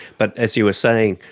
but, as you were saying,